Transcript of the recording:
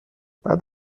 بعد